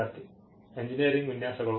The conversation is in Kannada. ವಿದ್ಯಾರ್ಥಿ ಎಂಜಿನಿಯರಿಂಗ್ ವಿನ್ಯಾಸಗಳು